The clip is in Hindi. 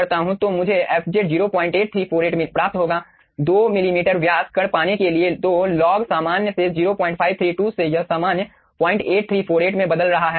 2 मिलीमीटर व्यास कण पाने के लिए तो लॉग सामान्य से 0532 से यह सामान्य 8348 में बदल रहा है